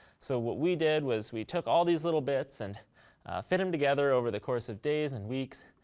so what we did was we took all these little bits and fit them together over the course of days and weeks,